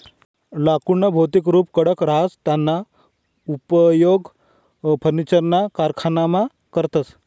लाकुडनं भौतिक रुप कडक रहास त्याना उपेग फर्निचरना कारखानामा करतस